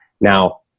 Now